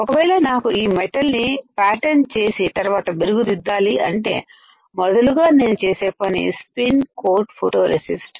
ఒకవేళ నాకు ఈ మెటల్ ని ప్యాటర్న్ చేసి తర్వాత మెరుగు దిద్దాలి అంటే మొదలుగా నేను చేసే పని స్పీన్ కోట్ ఫోటోరెసిస్ట్